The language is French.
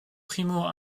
primo